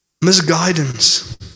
misguidance